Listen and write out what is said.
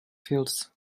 fields